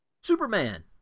superman